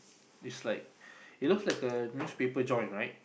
is like it looks like a newspaper joint right